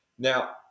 Now